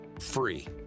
free